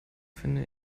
finde